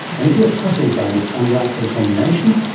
and if you're puzzled by this unlikely combination,